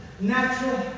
natural